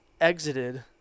exited